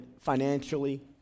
financially